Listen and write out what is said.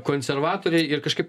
konservatoriai ir kažkaip